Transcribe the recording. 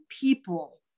people